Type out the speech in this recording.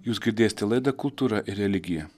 jūs girdėsite laidą kultūra ir religija